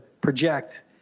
project